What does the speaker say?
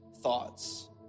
thoughts